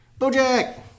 BoJack